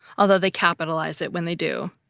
although they capitalize it when they do.